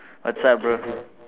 what's up bro